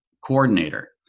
Coordinator